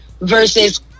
versus